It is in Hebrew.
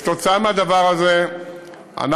כתוצאה מהדבר הזה אנחנו,